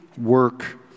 work